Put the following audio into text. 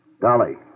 Dolly